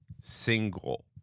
single